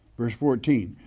verse fourteen,